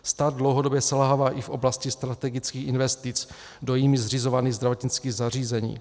Stát dlouhodobě selhává i v oblasti strategických investic do jím zřizovaných zdravotnických zařízení.